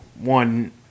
one